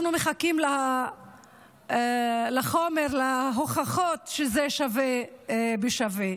אנחנו מחכים לחומר, להוכחות שזה שווה בשווה.